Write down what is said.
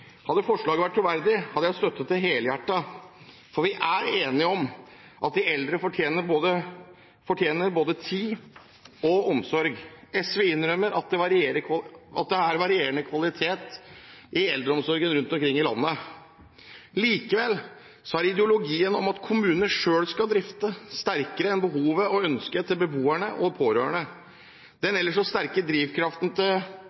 Hadde forslaget vært troverdig, hadde jeg støttet det helhjertet, for vi er enige om at de eldre fortjener både tid og omsorg. SV innrømmer at det er varierende kvalitet i eldreomsorgen rundt omkring i landet. Likevel er ideologien om at kommunene selv skal drifte, sterkere enn behovet og ønsket til beboerne og de pårørende. Den ellers så sterke drivkraften til